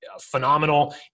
phenomenal